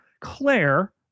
Claire